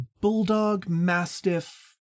bulldog-mastiff